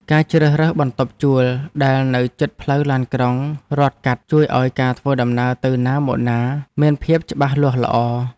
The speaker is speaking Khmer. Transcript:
ការជ្រើសរើសបន្ទប់ជួលដែលនៅជិតផ្លូវឡានក្រុងរត់កាត់ជួយឱ្យការធ្វើដំណើរទៅណាមកណាមានភាពច្បាស់លាស់ល្អ។